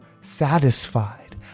satisfied